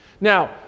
Now